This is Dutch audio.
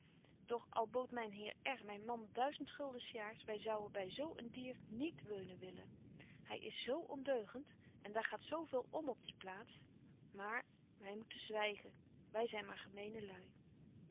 doch al boodt myn heer r myn man duizend gulden s jaars wy zouwen by zo een dier niet weunen willen hy is zo ondeugent en daar gaat zo veel om op die plaats maar my moeten zwygen wy zyn maar gemene lui